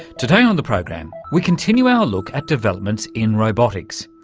today on the program we continue our look at developments in robotics,